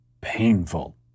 painful